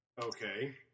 okay